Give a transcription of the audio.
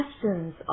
questions